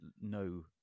no